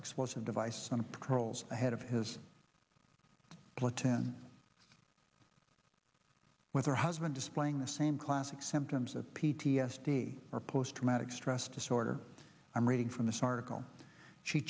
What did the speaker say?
explosive device on patrols ahead of his platoon with her husband displaying the same classic symptoms of p t s d or post traumatic stress disorder i'm reading from this article she